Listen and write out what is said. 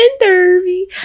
Derby